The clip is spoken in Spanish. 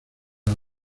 las